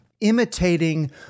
imitating